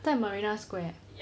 在 marina square